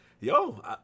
Yo